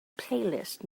playlist